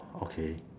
okay